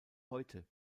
heute